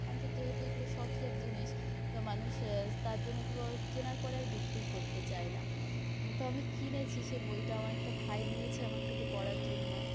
মানুষের যেহেতু এগুলো শখের জিনিস তো মানুষ তার জন্য এইগুলো কেনার পর আর বিক্রি করতে চায় না তো আমি কিনেছি সেই বইটা আমার একটা ভাই নিয়েছে আমার থেকে পড়ার জন্য